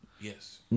Yes